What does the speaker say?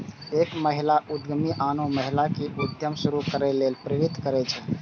एक महिला उद्यमी आनो महिला कें उद्यम शुरू करै लेल प्रेरित करै छै